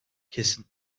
kesin